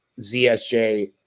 ZSJ